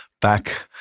back